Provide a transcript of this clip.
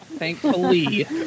Thankfully